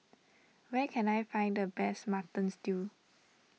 where can I find the best Mutton Stew